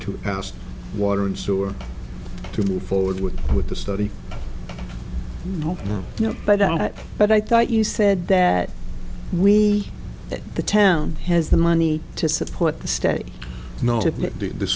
to house water and sewer to move forward with with the study no no no but but i thought you said that we the town has the money to support the state